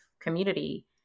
community